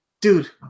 dude